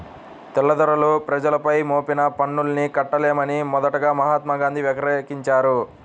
తెల్లదొరలు ప్రజలపై మోపిన పన్నుల్ని కట్టలేమని మొదటగా మహాత్మా గాంధీ వ్యతిరేకించారు